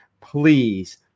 please